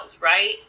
right